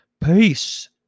Peace